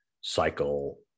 cycle